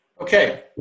Okay